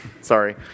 Sorry